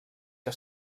que